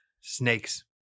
snakes